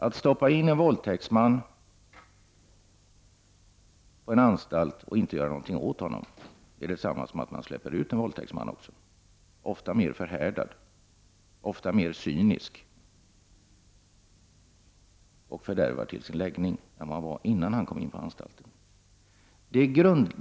Att stoppa in en våldtäktsman på en anstalt och inte göra någonting åt honom är detsamma som att man också släpper ut en våldtäktsman — ofta mer förhärdad, ofta mer cynisk och fördärvad till sin läggning än han var innan han kom in på anstalten.